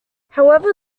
however